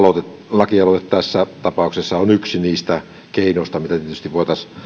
lakialoite tässä tapauksessa on yksi niistä keinoista millä tietysti voitaisiin